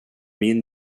min